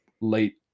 late